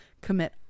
commit